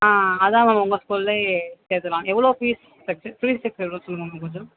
ஆ அதான் மேம் உங்கள் ஸ்கூல்லேயே சேர்த்துலாம் எவ்வளோ ஃபீஸ் ஸ்ட்ரக்சர் பீஸ் ஸ்ட்ரக்சர் எவ்வளோன்னு சொல்லுங்கள் மேம் கொஞ்சம்